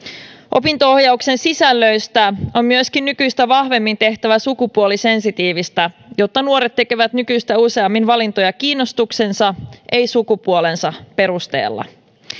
opinto ohjauksen sisällöistä on myöskin nykyistä vahvemmin tehtävä sukupuolisensitiivistä jotta nuoret tekevät nykyistä useammin valintoja kiinnostuksensa ei sukupuolensa perusteella